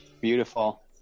beautiful